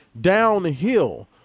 downhill